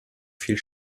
viel